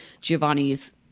Giovanni's